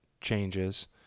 changes